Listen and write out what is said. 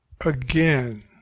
Again